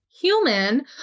human